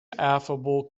affable